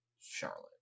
Charlotte